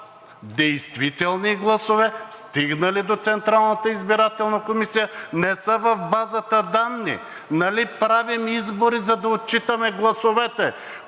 действителни гласове, стигнали до Централната избирателна комисия, не са в базата данни? Нали правим избори, за да отчитаме гласовете?